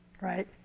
right